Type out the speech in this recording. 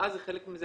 ההבראה זה חלק מזה,